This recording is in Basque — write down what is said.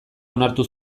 onartu